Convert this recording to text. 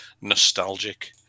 nostalgic